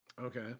Okay